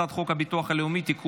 הצעת חוק הביטוח הלאומי (תיקון,